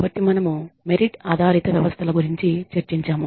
కాబట్టి మనము మెరిట్ ఆధారిత వ్యవస్థల గురించి చర్చించాము